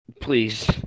Please